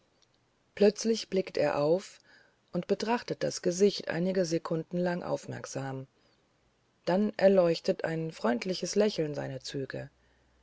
plötzlich blickt er auf und betrachtet das gesicht einige sekunden lang aufmerksam dann erleuchtet ein freudiges lächeln seine züge